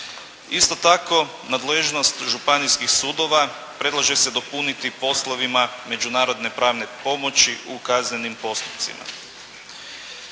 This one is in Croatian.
Isto tako nadležnost županijskih sudova predlaže se dopuniti poslovima međunarodne pravne pomoći u kaznenim postupcima.